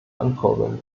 ankurbeln